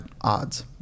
odds